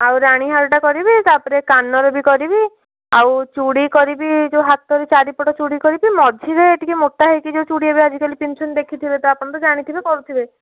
ଆଉ ରାଣୀ ହାରଟା କରିବି ତା'ପରେ କାନର ବି କରିବି ଆଉ ଚୂଡ଼ି କରିବି ଯେଉଁ ହାତର ଚାରିପଟ ଚୂଡ଼ି କରିବି ମଝିରେ ଟିକେ ମୋଟା ହେଇକି ଯେଉଁ ଚୂଡ଼ି ଏବେ ଆଜିକାଲି ପିନ୍ଧୁଛନ୍ତି ଦେଖିଥିବେ ତ ଆପଣ ତ ଜାଣିଥିବେ କରୁଥିବେ